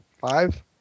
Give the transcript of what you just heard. five